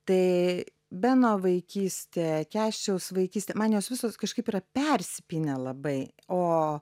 tai beno vaikystė kęsčiaus vaikystė man jos visos kažkaip yra persipynę labai o